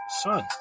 son